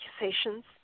accusations